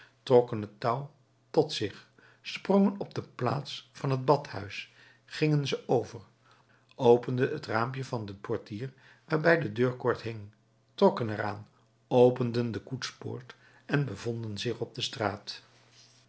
het touw tot zich sprongen op de plaats van het badhuis gingen ze over openden het raampje van den portier waarbij de deurkoord hing trokken er aan openden de koetspoort en bevonden zich op de straat